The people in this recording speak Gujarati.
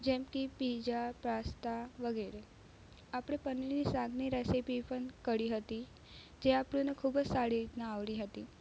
જેમ કે પીઝા પાસ્તા વગેરે આપણે પનીરની શાકની રેસીપી પણ કળી હતી જે આપણાંને ખૂબ જ સારી રીતના આવડી હતી